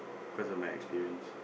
cause of my experience